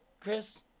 Chris